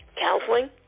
counseling